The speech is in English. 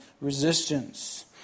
resistance